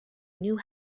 knew